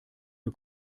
für